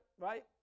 right